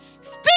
speak